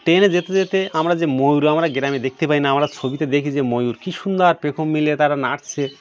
ট্রেনে যেতে যেতে আমরা যে ময়ূর আমরা গ্রামে দেখতে পাই না আমরা ছবিতে দেখি যে ময়ূর কী সুন্দর পেখম মেলে তারা নাচছে